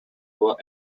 were